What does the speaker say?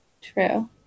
true